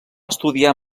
estudiar